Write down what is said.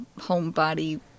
homebody